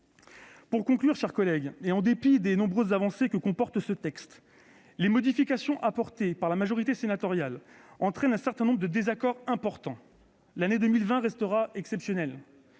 Pour conclure, je dirai que, en dépit des nombreuses avancées que comporte ce texte, les modifications apportées par la majorité sénatoriale suscitent plusieurs désaccords importants. L'année 2020 restera exceptionnelle